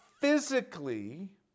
physically